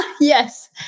Yes